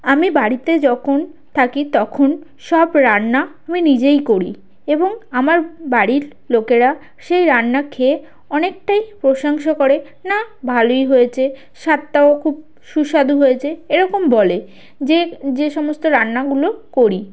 আমি বাড়িতে যখন থাকি তখন সব রান্না আমি নিজেই করি এবং আমার বাড়ির লোকেরা সেই রান্না খেয়ে অনেকটা প্রশংসা করে না ভালোই হয়েছে স্বাদটাও খুব সুস্বাদু হয়েছে এরকম বলে যে যে সমস্ত রান্নাগুলো করি